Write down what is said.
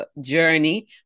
journey